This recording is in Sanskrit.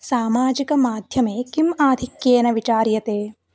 सामाजिकमाध्यमे किम् आधिक्येन विचार्यते